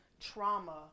trauma